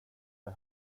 det